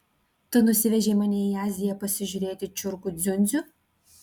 tu nusivežei mane į aziją pasižiūrėti čiurkų dziundzių